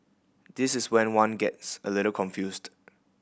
this is when one gets a little confused